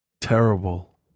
Terrible